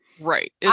Right